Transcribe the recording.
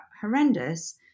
horrendous